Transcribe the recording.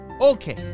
Okay